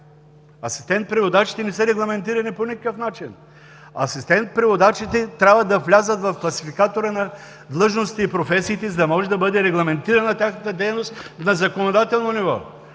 Асистент преводачите не са регламентирани по никакъв начин. Асистент преводачите трябва да влязат в класификатора на длъжностите и професиите, за да може да бъде регламентирана тяхната дейност на законодателно ниво.